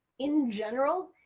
in general,